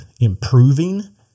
improving